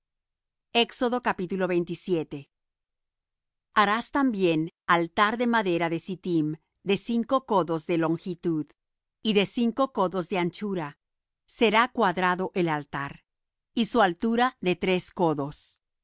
basas de metal haras también altar de madera de sittim de cinco codos de longitud y de cinco codos de anchura será cuadrado el altar y su altura de tres codos